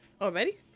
Already